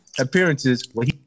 appearances